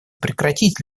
прекратить